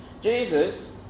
Jesus